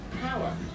power